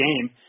game